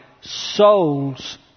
souls